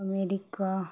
America